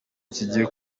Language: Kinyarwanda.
kigiye